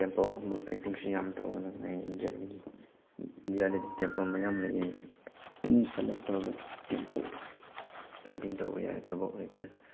ꯇꯦꯝꯄꯜꯒꯨꯝꯕ ꯄꯦꯟꯇꯤꯡꯁꯨ ꯌꯥꯝ ꯇꯧꯅꯩ ꯏꯟꯗꯤꯌꯥꯟꯒꯤ ꯏꯟꯗꯤꯌꯥꯗꯗꯤ ꯇꯦꯝꯄꯜ ꯃꯌꯥꯝ ꯂꯩꯌꯦ ꯑꯦꯅꯤ ꯁꯦꯂꯦꯛ ꯇꯧꯔꯒ ꯇꯦꯝꯄꯜ ꯄꯦꯟꯇꯤꯡ ꯇꯧꯕ ꯌꯥꯏ ꯊꯕꯛ ꯂꯩꯇ꯭ꯔꯗꯤ